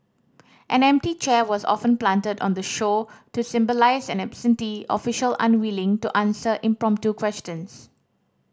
an empty chair was often planted on the show to symbolise an absentee official unwilling to answer impromptu questions